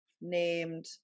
named